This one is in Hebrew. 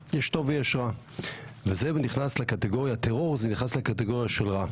רע, והטרור נכנס לקטגוריה של רע.